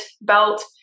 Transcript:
belt